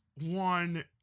one